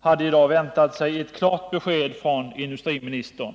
hade i dag väntat ett klart besked från industriministern.